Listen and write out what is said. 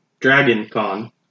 DragonCon